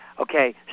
Okay